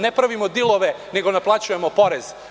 Ne pravimo dilove, nego naplaćujemo porez.